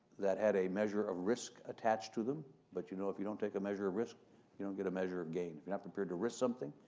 that had a measure of risk attached to them but, you know, if you don't take a measure of risk you don't get a measure of gain. if you're not prepared to risk something,